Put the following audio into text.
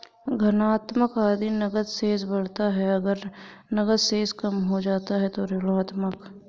धनात्मक यदि नकद शेष बढ़ता है, अगर नकद शेष कम हो जाता है तो ऋणात्मक